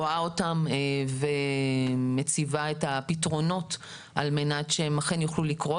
רואה אותם ומציבה את הפתרונות על מנת שהם יוכלו לקרות.